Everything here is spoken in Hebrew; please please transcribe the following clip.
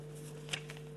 ההצעה להעביר את